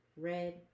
red